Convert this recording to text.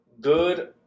good